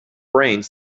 brains